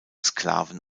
sklaven